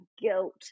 guilt